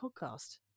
podcast